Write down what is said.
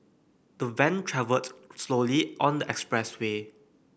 the Van travelled slowly on the expressway